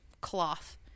cloth